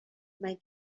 مگه